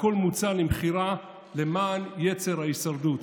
הכול מוצע למכירה למען יצר ההישרדות.